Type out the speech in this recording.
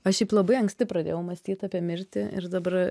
aš šiaip labai anksti pradėjau mąstyt apie mirtį ir dabar